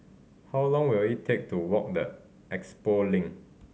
how long will it take to walk the Expo Link